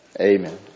Amen